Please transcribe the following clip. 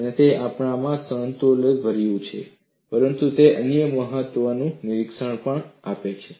અને તે આપણા માટે સૌલતભર્યું છે પરંતુ તે અન્ય મહત્વનું નિરીક્ષણ પણ આપે છે